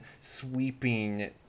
sweeping